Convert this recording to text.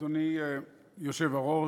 אדוני היושב-ראש,